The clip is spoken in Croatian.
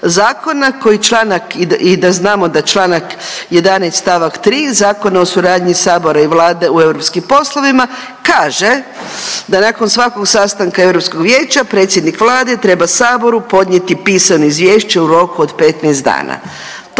zakona koji članak i da znamo da čl. 11. st. 3. Zakona o suradnji sabora i Vlade u europskim poslovima kaže da nakon svakog sastanka Europskog vijeća predsjednik Vlade treba saboru podnijeti pisano izvješće u roku od 15 dana.